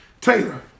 Taylor